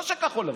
לא של כחול לבן.